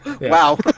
Wow